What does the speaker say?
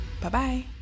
Bye-bye